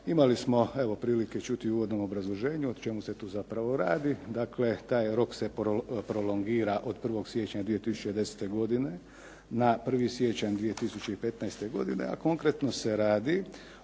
imali smo evo prilike čuti u uvodnom obrazloženju o čemu se tu zapravo radi. dakle, taj rok se prolongira od od 1. siječnja 2010. godine na 1. siječanj 2015. godine, a konkretno se radi